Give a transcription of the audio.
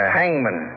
hangman